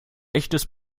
echtes